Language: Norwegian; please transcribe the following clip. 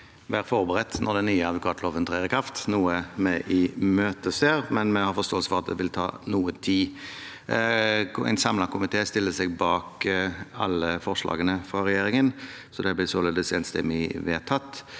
være forberedt når den nye advokatloven trer i kraft. Det er noe vi imøteser, men vi har forståelse for at det vil ta noe tid. En samlet komité stiller seg bak alle forslagene fra regjeringen, så de blir således enstemmig vedtatt.